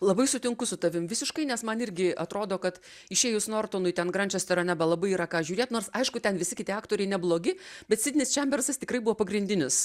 labai sutinku su tavim visiškai nes man irgi atrodo kad išėjus nortonui ten grančesterio nebelabai yra ką žiūrėt nors aišku ten visi kiti aktoriai neblogi bet sidnis čembersas tikrai buvo pagrindinis